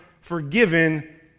forgiven